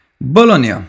bologna